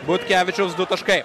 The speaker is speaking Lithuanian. butkevičiaus du taškai